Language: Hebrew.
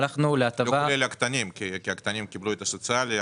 לא כולל הקטנים כי הקטנים קיבלו את המענק הסוציאלי.